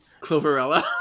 Cloverella